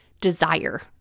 desire